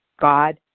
God